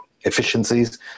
efficiencies